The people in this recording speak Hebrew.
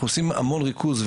אנחנו עושים המון ריכוז,